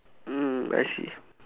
mm I see